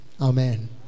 Amen